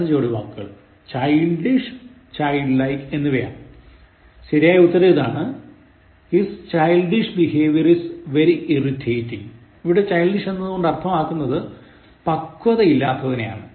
അടുത്ത ജോഡി വാക്കുകൾ childish childlike എന്നിവയാണ് ശരിയായ ഉത്തരം ഇതാണ് His childish behavior is very irritating ഇവിടെ Childish എന്നതുകൊണ്ട് അർത്ഥമാക്കുന്നത് പക്വത ഇല്ലാത്തതിനെയാണ്